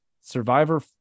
survivor